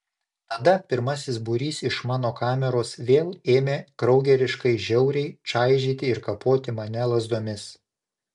tada pirmasis būrys iš mano kameros vėl ėmė kraugeriškai žiauriai čaižyti ir kapoti mane lazdomis